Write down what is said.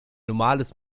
normales